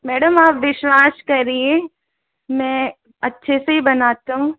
madam आप विश्वास करिए मैं अच्छे से ही बनाता हूँ